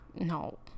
No